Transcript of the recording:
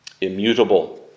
immutable